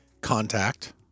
Contact